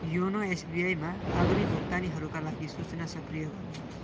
YONO एसबिआईमा आगामी भुक्तानीहरूका लागि सूचना सक्रिय गर्नुहोस्